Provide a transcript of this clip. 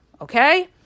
okay